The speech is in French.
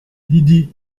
lydie